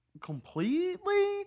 completely